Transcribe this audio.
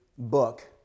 book